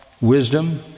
wisdom